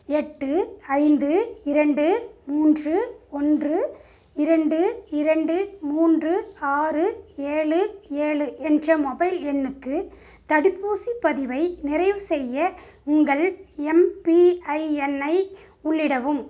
எட்டு ஐந்து இரண்டு மூன்று ஒன்று இரண்டு இரண்டு மூன்று ஆறு ஏழு ஏழு என்ற மொபைல் எண்ணுக்கு தடுப்பூசிப் பதிவை நிறைவுசெய்ய உங்கள் எம்பிஐஎண்ணை உள்ளிடவும்